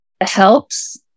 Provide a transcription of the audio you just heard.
helps